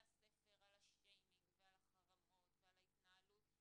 הספר על השיימינג ועל החרמות ועל ההתנהלות,